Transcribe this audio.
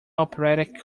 operatic